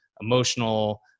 emotional